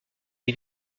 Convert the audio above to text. des